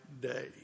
day